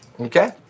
Okay